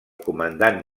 comandant